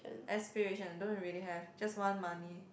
aspiration don't really have just want money